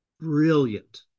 brilliant